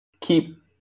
keep